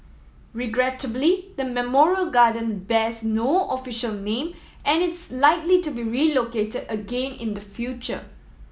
regrettably the memorial garden bears no official name and is likely to be relocated again in the future